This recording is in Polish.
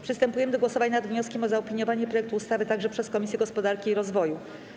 Przystępujemy do głosowania nad wnioskiem o zaopiniowanie projektu ustawy także przez Komisję Gospodarki i Rozwoju.